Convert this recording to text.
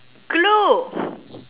glue